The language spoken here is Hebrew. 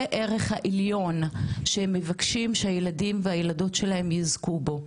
זה ערך העליון שהם מבקשים שהילדים והילדות שלהם יזכו בו.